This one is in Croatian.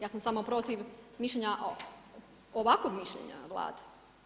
Ja sam samo protiv mišljenja ovakvog mišljenja Vlade.